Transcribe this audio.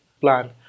plan